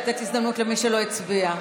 לתת הזדמנות למי שלא הצביע,